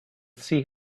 sea